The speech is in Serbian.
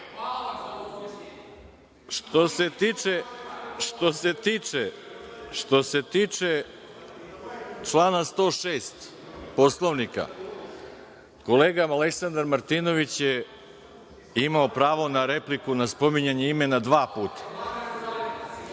se tiče člana 106. Poslovnika, kolega Aleksandar Martinović je imao pravo na repliku na spominjanje imena dva puta.(Saša